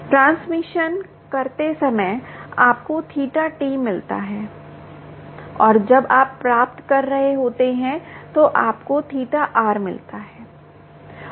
transmission करते समय आपको θT मिलता है और जब आप प्राप्त कर रहे होते हैं तो आपको θR मिलता है